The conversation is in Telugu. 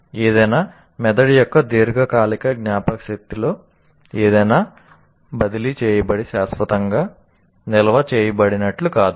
ఏదైనా మెదడు యొక్క దీర్ఘకాలిక జ్ఞాపకశక్తిలో ఏదైనా బదిలీ చేయబడి శాశ్వతంగా నిల్వ చేయబడినట్లు కాదు